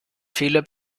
fehler